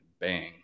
Bang